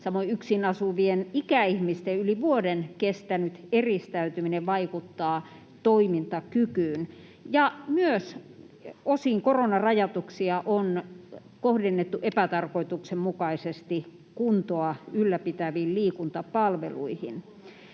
Samoin yksin asuvien ikäihmisten yli vuoden kestänyt eristäytyminen vaikuttaa toimintakykyyn. Ja myös koronarajoituksia on osin kohdennettu epätarkoituksenmukaisesti kuntoa ylläpitäviin liikuntapalveluihin.